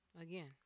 again